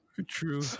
True